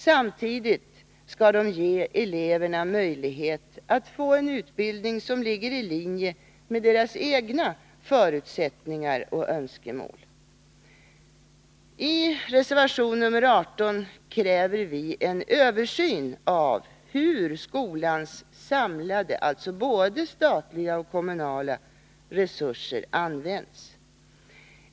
Samtidigt skall de ge eleverna möjlighet att få en utbildning som ligger i linje med deras egna förutsättningar och önskemål. I reservation nr 18 kräver vi en översyn av hur skolans samlade — alltså både statliga och kommunala — resurser används.